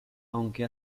aunque